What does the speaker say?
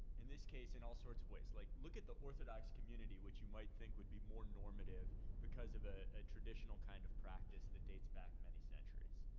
in this case, in all sorts of ways, like look at the orthodox community which you might think would be more normative because of ah ah traditional kind of practice that dates back many centuries.